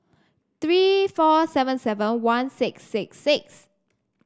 three four seven seven one six six six